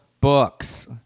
books